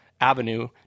avenue